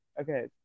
okay